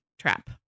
trap